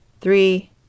three